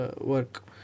work